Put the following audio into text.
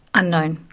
unknown,